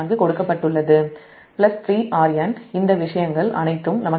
04 கொடுக்கப்பட்டுள்ளது 3Rn இந்த விஷயங்கள் அனைத்தும் நமக்குத் தெரியும்